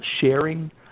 sharing